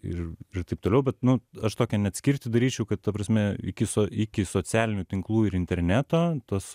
ir ir taip toliau bet nu aš tokią net skirtį daryčiau kad ta prasme iki so iki socialinių tinklų ir interneto tos